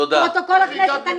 פרוטוקולהכנסת,